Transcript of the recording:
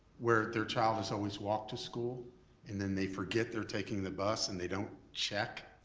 where their child has always walked to school and then they forget they're taking the bus and they don't check